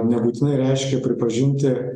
nebūtinai reiškia pripažinti